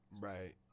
Right